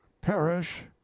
perish